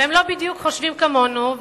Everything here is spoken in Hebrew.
והם לא בדיוק חושבים כמונו,